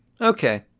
Okay